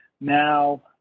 Now –